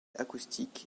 acoustique